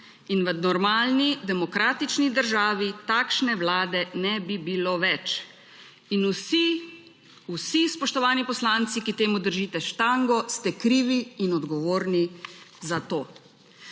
in v normalni demokratični državi takšne vlade ne bi bilo več. In vsi spoštovani poslanci, ki temu držite štango, ste krivi in odgovorni za to.